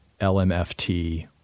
LMFT